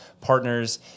partners